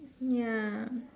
ya